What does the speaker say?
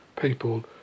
people